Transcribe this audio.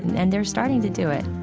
and they're starting to do it